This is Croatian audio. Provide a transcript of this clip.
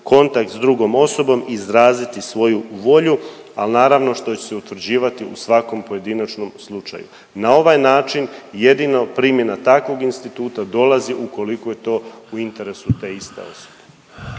kontakt s drugom osobom i izraziti svoju volju, ali naravno, što će se utvrđivati u svakom pojedinačnom slučaju. Na ovaj način jedino primjena takvog instituta dolazi ukoliko je to u interesu te iste osobe.